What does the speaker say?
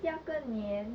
下个年